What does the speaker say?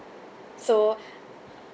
so